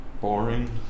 Boring